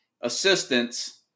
assistance